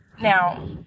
Now